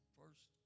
first